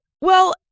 Well-